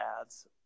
ads